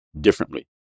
differently